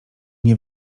nie